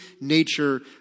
nature